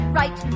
right